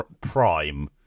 Prime